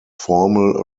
formal